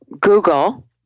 Google –